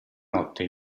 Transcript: notte